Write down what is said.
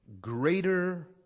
greater